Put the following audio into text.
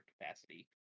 capacity